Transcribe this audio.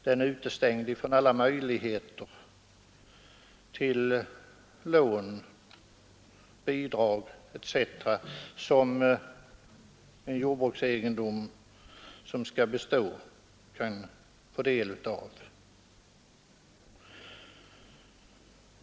Den är då utestängd från alla möjligheter till lån och bidrag, som en jordbruksegendom som skall bestå kan få del av.